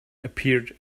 appeared